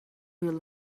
will